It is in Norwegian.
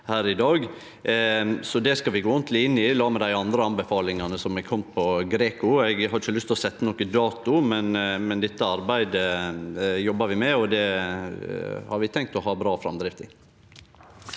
Det skal vi gå ordentleg inn i, i lag med dei andre anbefalingane som er komne frå GRECO. Eg har ikkje lyst til å setje nokon dato, men dette arbeidet jobbar vi med, og det har vi tenkt å ha bra framdrift i.